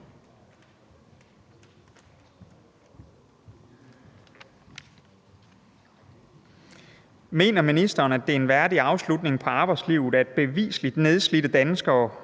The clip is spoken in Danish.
Mener ministeren, at det er en værdig afslutning på arbejdslivet, at beviseligt nedslidte danskere